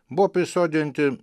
buvo prisodinti